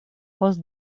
post